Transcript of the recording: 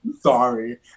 sorry